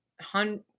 hundred